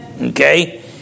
Okay